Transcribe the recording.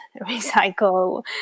recycle